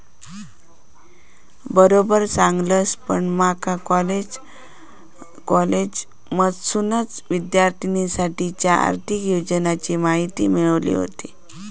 बरोबर सांगलस, पण माका कॉलेजमधसूनच विद्यार्थिनींसाठीच्या आर्थिक योजनांची माहिती मिळाली व्हती